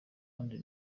kandi